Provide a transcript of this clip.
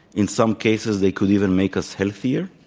in some cases, they could even make us healthier.